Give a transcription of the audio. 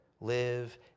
Live